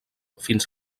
fins